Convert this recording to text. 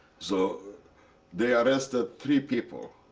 so they arrested three people.